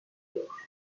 yapıyor